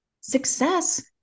Success